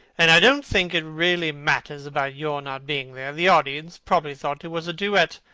and i don't think it really matters about your not being there. the audience probably thought it was a duet.